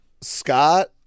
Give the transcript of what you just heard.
Scott